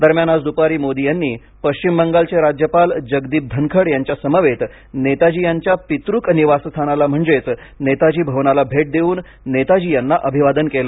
दरम्यान आज द्पारी मोदी यांनी पश्चिम बंगालचे राज्यपाल जगदीप धनखड यांच्यासमवेत नेताजी यांच्या पितृक निवासस्थानाला म्हणजेच नेताजी भवनाला भेट देवून नेताजी यांना अभिवादन केलं